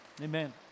Amen